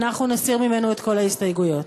אנחנו נסיר ממנו את כל ההסתייגויות.